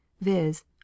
viz